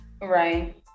Right